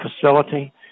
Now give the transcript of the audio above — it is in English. facility